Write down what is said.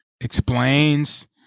explains